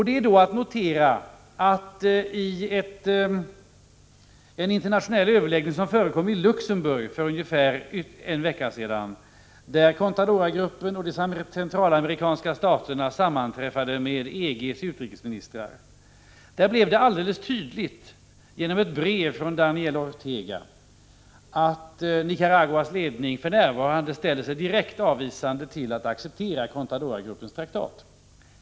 Det är då att notera att det hölls en internationell överläggning i Luxemburg för ungefär en vecka sedan, där Contadoragruppen och de centralamerikanska staterna sammanträffade med utrikesministrar från EG-länderna. Där blev det alldeles tydligt genom ett brev från Daniel Ortega att Nicaraguas ledning för närvarande ställer sig direkt avvisande till att acceptera Contadoragruppens traktat.